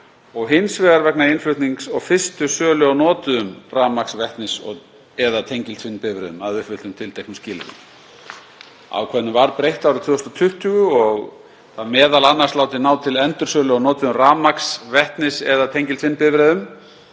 og hins vegar vegna innflutnings og fyrstu sölu á notuðum rafmagns-, vetnis- eða tengiltvinnbifreiðum að uppfylltum tilteknum skilyrðum. Ákvæðinu var breytt árið 2020 og það m.a. látið ná til endursölu á notuðum rafmagns-, vetnis- eða tengiltvinnbifreiðum